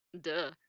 duh